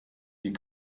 die